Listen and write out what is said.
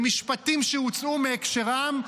במשפטים שהוצאו מהקשרם,